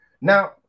Now